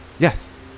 Yes